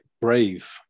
brave